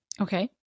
Okay